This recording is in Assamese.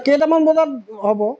কেইটামান বজাত হ'ব